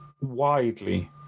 widely